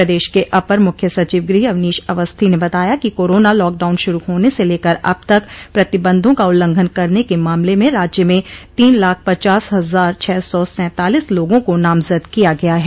प्रदेश के अपर मुख्य सचिव गृह अवनीश अवस्थी ने बताया कि कोरोना लॉकडाउन शुरू होने से लेकर अब तक प्रतिबंधों का उल्लंघन करने के मामले में राज्य में तीन लाख पचास हजार छह सौ सैंतालीस लोगों को नामजद किया गया है